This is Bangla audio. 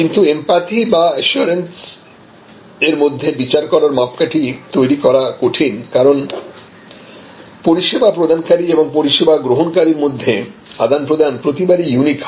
কিন্তু এমপ্যাথি এবং এসিউরেন্স মধ্যে বিচার করার মাপকাঠি তৈরি করা কঠিন কারণ পরিষেবা প্রদানকারী এবং পরিষেবা গ্রহণকারীর মধ্যে আদান প্রদান প্রতিবারই ইউনিক হয়